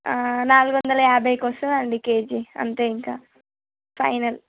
నాలుగు వందల యాభైకి వస్తుంది అండి కేజీ అంతే ఇంక ఫైనల్